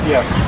Yes